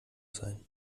sein